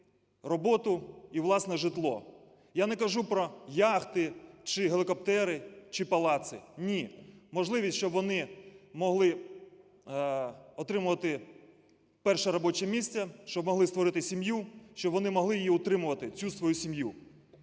роботу і власне житло. Я не кажу про яхти чи гелікоптери, чи палаци, ні. Можливість, щоб вони могли отримувати перше робоче місце, щоб могли створити сім'ю, щоб вони могли її утримувати, цю свою сім'ю.